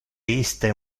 iste